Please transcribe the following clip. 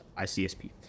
ICSP